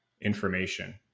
information